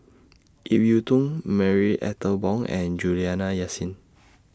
Ip Yiu Tung Marie Ethel Bong and Juliana Yasin